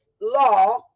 law